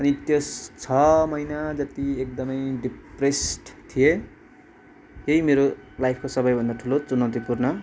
अनि त्यस छ महिना जति एकदमै डिपरेस्ड थिएँ यही मेरो लाइफको ठुलो चुनौती पूर्ण